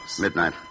Midnight